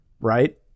Right